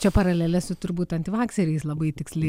čia paralelės su turbūt antivakseriais labai tiksli